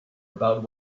about